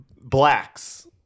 blacks